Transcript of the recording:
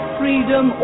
freedom